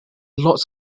lots